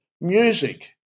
music